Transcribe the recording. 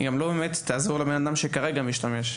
היא גם לא באמת תעזור לבן אדם שמשתמש כרגע.